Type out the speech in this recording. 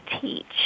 teach